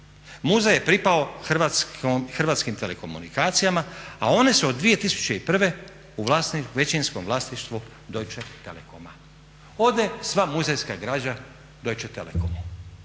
muzej je pripao Hrvatskim telekomunikacijama, a one su od 2001. u većinskom vlasništvu Deutsche Telekoma. Ode sva muzejska građa Deutsche Telekomu.